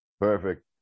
Perfect